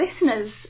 listeners